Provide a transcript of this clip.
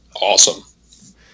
awesome